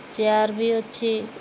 chair ବି ଅଛି